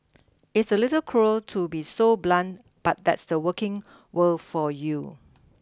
it's a little cruel to be so blunt but that's the working world for you